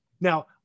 Now